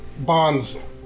bonds